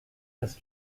das